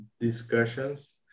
discussions